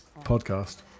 podcast